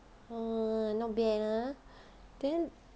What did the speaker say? !wah! not bad ah then